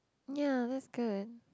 ya that's good